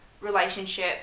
relationship